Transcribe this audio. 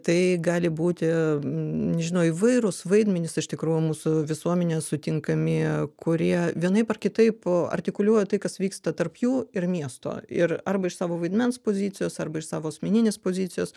tai gali būti nežinau įvairūs vaidmenys iš tikrųjų mūsų visuomenės sutinkami kurie vienaip ar kitaip artikuliuoja tai kas vyksta tarp jų ir miesto ir arba iš savo vaidmens pozicijos arba iš savo asmeninės pozicijos